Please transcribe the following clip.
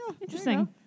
Interesting